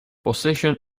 possession